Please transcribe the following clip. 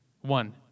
One